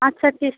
আচ্ছা চেস